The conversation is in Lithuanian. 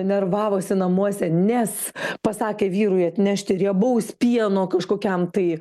nervavosi namuose nes pasakė vyrui atnešti riebaus pieno kažkokiam tai